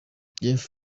jeff